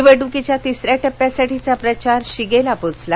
निवडणुकीच्या तिसऱ्या टप्यासाठीचा प्रचार शिगेला पोचला